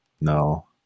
No